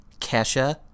Kesha